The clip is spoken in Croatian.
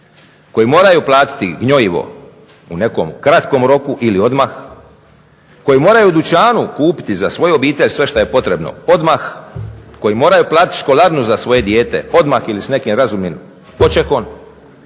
koji moraju platiti gnojivo u nekom kratkom roku ili odmah, koji moraju u dućanu kupiti za svoju obitelj sve što je potrebno odmah, koji moraju platiti školarinu za svoje dijete odmah ili s nekim razumnim počekom.